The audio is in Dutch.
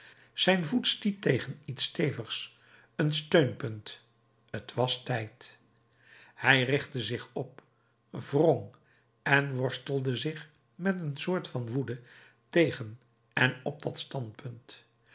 zijn voet stiet tegen iets stevigs een steunpunt het was tijd hij richtte zich op wrong en worstelde zich met een soort van woede tegen en op dat steunpunt